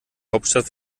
hauptstadt